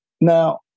Now